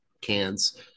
cans